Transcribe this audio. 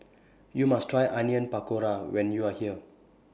YOU must Try Onion Pakora when YOU Are here